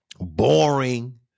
boring